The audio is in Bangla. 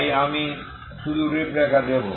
তাই আমি শুধু রূপরেখা দেব